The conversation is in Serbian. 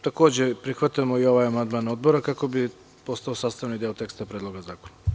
Takođe, prihvatamo i ovaj amandman Odbora kako bi postao sastavni deo Predloga zakona.